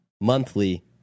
monthly